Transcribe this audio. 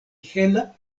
hela